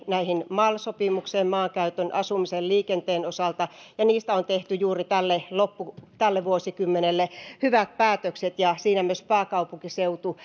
mal sopimusten maankäytön asumisen ja liikenteen osalta ja niistä on tehty juuri tälle vuosikymmenelle hyvät päätökset joissa pääkaupunkiseutu